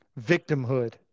victimhood